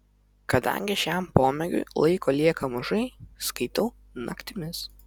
kadangi šiam pomėgiui laiko lieka mažai skaitau naktimis